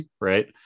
right